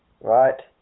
right